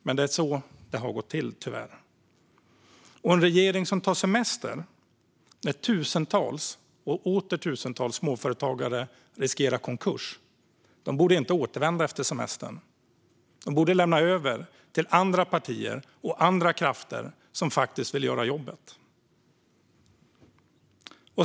Men det är så det har gått till, tyvärr. Och en regering som tar semester när tusentals och åter tusentals småföretagare riskerar konkurs borde inte återvända efter semestern. Den borde lämna över till andra partier och andra krafter som faktiskt vill göra jobbet.